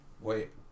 Wait